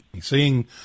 seeing